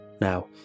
Now